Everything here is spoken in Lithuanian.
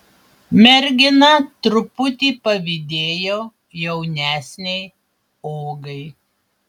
mergina truputį pavydėjo jaunesnei ogai